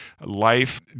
life